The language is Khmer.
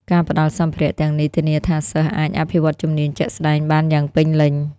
ការផ្តល់សម្ភារៈទាំងនេះធានាថាសិស្សអាចអភិវឌ្ឍជំនាញជាក់ស្តែងបានយ៉ាងពេញលេញ។